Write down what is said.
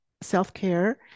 self-care